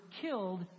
killed